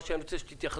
מה שאני רוצה שתתייחסו,